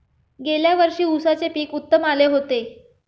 गेल्या वर्षी उसाचे पीक उत्तम आले होते